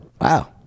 Wow